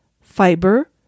fiber